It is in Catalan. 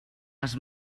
les